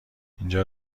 اینجا